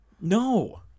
No